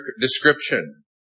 description